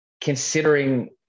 considering